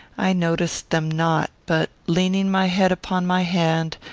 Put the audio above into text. i noticed them not, but, leaning my head upon my hand,